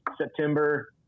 September